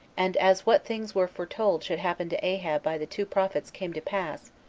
and as what things were foretold should happen to ahab by the two prophets came to pass,